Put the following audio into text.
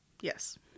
Yes